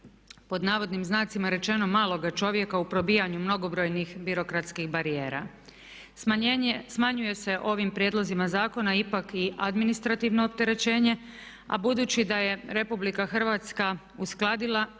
i nemogućnosti "maloga čovjeka" u probijanju mnogobrojnih birokratskih barijera. Smanjuje se ovim prijedlozima zakona ipak i administrativno opterećenje a budući da je RH uskladila